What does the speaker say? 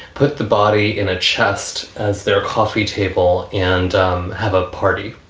put the body in a chest as their coffee table and have a party.